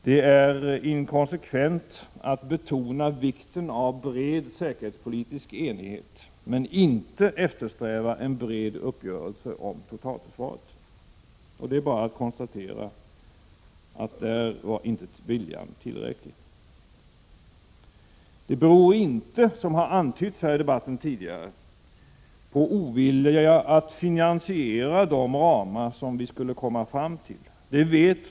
Det är inkonsekvent att betona vikten av bred säkerhetspolitisk enighet men inte eftersträva en bred uppgörelse om totalförsvaret. Det är bara att konstatera att där var inte viljan tillräcklig. Det beror inte, som har antytts här i debatten tidigare, på ovilja att finansiera ett försvarsanslag inom de ramar som vi skulle komma fram till.